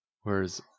Whereas